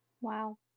wow